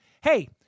Hey